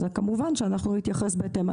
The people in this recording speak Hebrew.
אז כמובן שאנחנו נתייחס בהתאם.